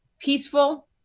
peaceful